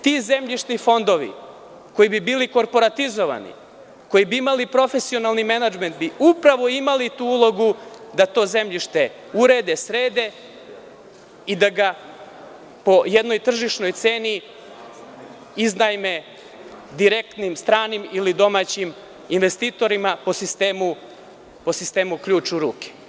Ti zemljišni fondovi koji bi bili korporatizovani, koji bi imali profesionalni menadžment bi upravo imali tu ulogu da to zemljište urede, srede i da ga po jednoj tržišnoj ceni iznajme direktnim stranim ili domaćim investitorima, po sistemu – ključ u ruke.